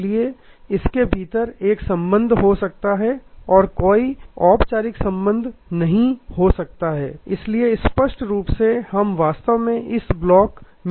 इसलिए इसके भीतर एक संबंध हो सकता है और कोई औपचारिक संबंध नहीं हो सकता है इसलिए स्पष्ट रूप से हम वास्तव में इस ब्लॉक में रुचि रखते हैं